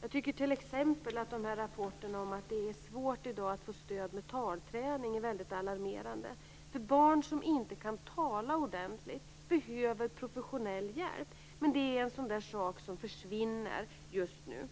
Jag tycker t.ex. att rapporterna om att det i dag är svårt att få stöd med talträning är väldigt alarmerande. Barn som inte kan tala ordentligt behöver professionell hjälp, men det är en sak som försvinner just nu.